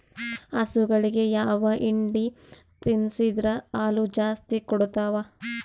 ಹಸುಗಳಿಗೆ ಯಾವ ಹಿಂಡಿ ತಿನ್ಸಿದರ ಹಾಲು ಜಾಸ್ತಿ ಕೊಡತಾವಾ?